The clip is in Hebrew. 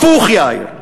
הפוך, יאיר.